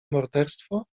morderstwo